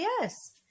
yes